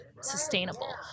sustainable